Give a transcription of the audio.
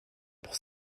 pour